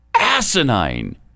asinine